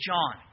John